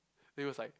then he was like